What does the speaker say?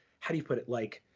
how do you put it? like